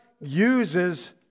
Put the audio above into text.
uses